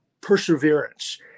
perseverance